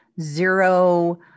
zero